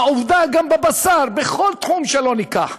עובדה, גם בבשר, בכל תחום שלא ניקח,